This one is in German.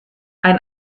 ein